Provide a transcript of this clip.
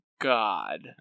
God